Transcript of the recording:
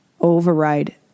override